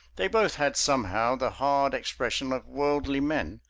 they both had somehow the hard expression of worldly men,